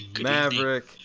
maverick